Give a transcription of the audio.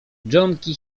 dżonki